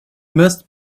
most